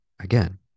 Again